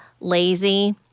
lazy—